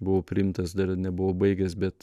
buvau priimtas dar nebuvau baigęs bet